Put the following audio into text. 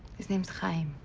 his name's chaim.